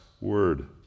Word